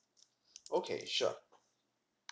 okay sure